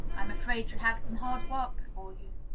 i am afraid you have some hard work before you.